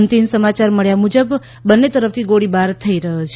અંતિમ સમાચાર મળ્યા મુજબ બંને તરફથી ગોળીબાર થઈ રહ્યો છે